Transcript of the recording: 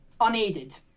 unaided